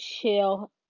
chill